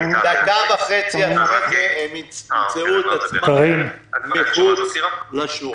דקה וחצי אחרי זה הם ימצאו את עצמם מחוץ לשורה.